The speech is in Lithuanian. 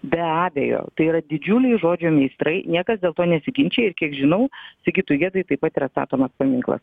be abejo tai yra didžiuliai žodžio meistrai niekas dėl to nesiginčija ir kiek žinau sigitui gedai taip pat yra statomas paminklas